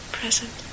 present